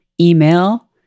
email